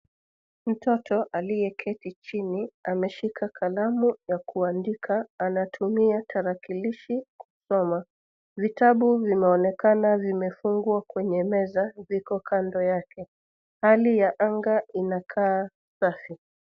Mtoto aliyeketi chini ameshika kalamu ya kuandika. Anatumia talakilishi kusoma. Vitabu vinaonekana vimefungwa kwenye meza viko kando yake. Hali ya anga inakaa safi.